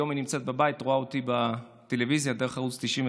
היום היא נמצאת בבית ורואה אותי בטלוויזיה דרך ערוץ 99,